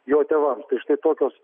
jo tėvam štai tokios